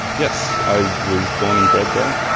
yes, i was born and bred there.